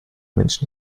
menschen